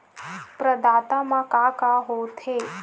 प्रदाता मा का का हो थे?